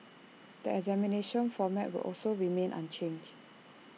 the examination format will also remain unchanged